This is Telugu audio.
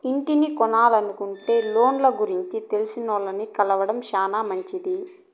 ఇంటిని కొనలనుకుంటే లోన్ల గురించి తెలిసినాల్ని కలవడం శానా మంచిది